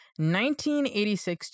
1986